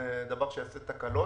זה דבר שיגרום לתקלות.